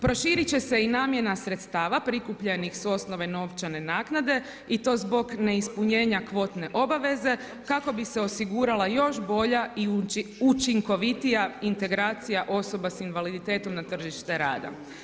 Proširit će se i namjena sredstava prikupljenih s osnove novčane naknade i to zbog neispunjenja kvotne obaveze kako bi se osigurala još bolja i učinkovitija integracija osoba s invaliditetom na tržište rada.